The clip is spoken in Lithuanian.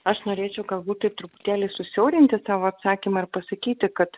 aš norėčiau galbūt taip truputėlį susiaurinti savo atsakymą ir pasakyti kad